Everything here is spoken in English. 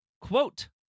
quote